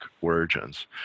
origins